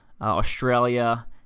Australia